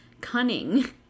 cunning